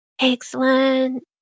Excellent